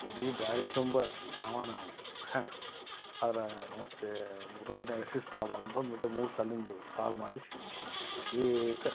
ಇಡೀ ದಾರಿ ತುಂಬ ನಾವೇ ನಾವು ಹಾಂ ಆದ್ರೆ ಮತ್ತೇ ರೋಡ್ನ್ಯಾಗೆ ಶಿಸ್ತು ಆಗ್ಬಾರ್ದಂತಂದು ಮತ್ತೆ ಮೂರು ಸಾಲಿಂದು ಸಾಲು ಮಾಡಿಸಿ ಏಕ